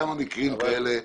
כמה מקרים כאלה היו.